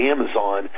Amazon